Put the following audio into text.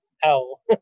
hell